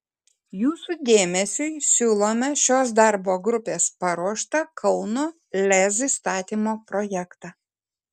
jūsų dėmesiui siūlome šios darbo grupės paruoštą kauno lez įstatymo projektą